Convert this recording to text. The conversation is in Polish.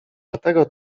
dlatego